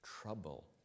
trouble